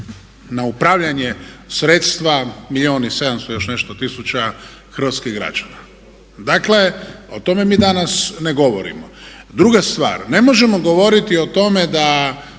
na upravljanje sredstva 1 milijuna i 700 i još nešto tisuća hrvatskih građana. Dakle o tome mi danas ne govorimo. Druga stvar, ne možemo govoriti o tome da